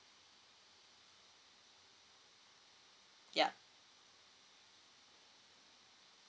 yup